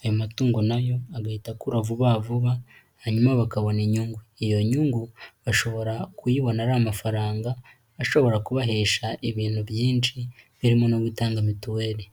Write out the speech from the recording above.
ayo matungo nayo agahita akura vuba vuba hanyuma bakabona inyungu, iyo nyungu bashobora kuyibona ari amafaranga ashobora kubahesha ibintu byinshi bimo no gutanga mituweli.